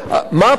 מה הפתרון?